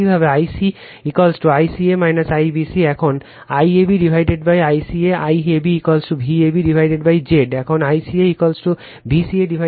একইভাবে I c ICA IBC এখন IABICA IAB VabZ Z ∆ এবং ICA VcaZ ∆